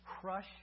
Crush